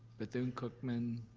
bethune-cookman,